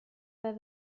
pas